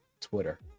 Twitter